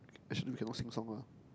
actually cannot sing song lah